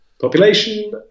population